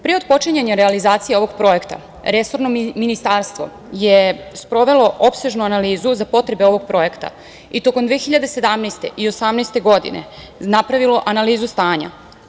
Pre otpočinjanja realizacije ovog projekta, resorno ministarstvo je sprovelo opsežnu analizu za potrebe ovog projekta i tokom 2017, 2018. godine napravilo analizu stanja.